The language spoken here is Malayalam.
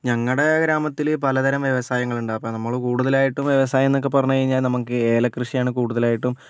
ഞങ്ങളുടെ ഗ്രാമത്തിൽ പലതരം വ്യവസായങ്ങളുണ്ട് അപ്പം നമ്മൾ കൂടുതലായിട്ടും വ്യവസായം എന്നൊക്കെ പറഞ്ഞ്കഴിഞ്ഞാൽ നമുക്ക് ഏലക്കൃഷിയാണ് കൂടുതലായിട്ടും